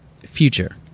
Future